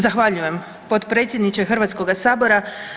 Zahvaljujem potpredsjedniče Hrvatskoga sabora.